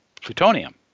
plutonium